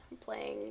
playing